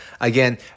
again